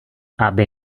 aby